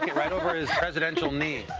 yeah right over his presidential knee.